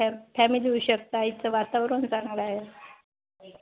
फॅम family येऊ शकता इथं वातावरण चांगलं आहे